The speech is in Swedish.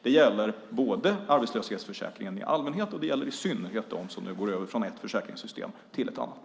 Det gäller arbetslöshetsförsäkringen i allmänhet och i synnerhet dem som går över från ett försäkringssystem till ett annat.